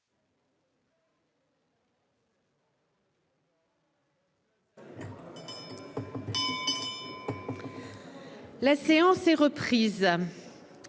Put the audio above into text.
La séance est reprise.